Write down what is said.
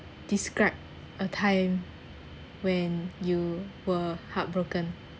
describe a time when you were heartbroken